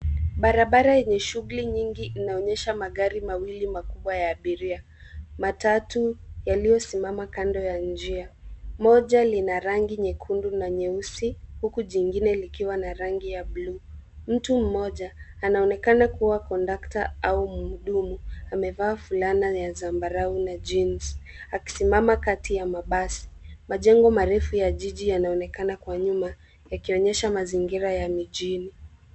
Barabara yenye shughuli nyingi inaonyesha magari mawili makubwa ya abiria. Matatu yaliyo simama kando ya njia ,moja lina rangi ya nyekundu na nyeusi huku jingine likiwa na rangi ya bluu. Mtu mmoja anaonekana kuwa kondakta au mhudumu amevaa fulana ya zambarau na jeans akisimama kati ya mabasi. Majengo marefu ya jiji yanaonekana kwa nyuma yakionyesha mazingira ya mijini.